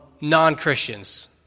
non-Christians